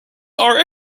are